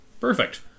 Perfect